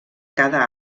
cada